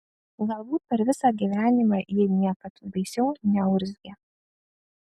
galbūt per visą gyvenimą ji niekad baisiau neurzgė